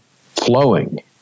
flowing